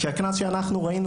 כשהקנס שאנחנו ראינו,